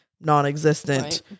non-existent